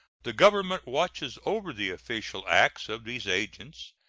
the government watches over the official acts of these agents,